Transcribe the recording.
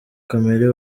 kamere